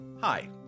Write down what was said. Hi